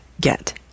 get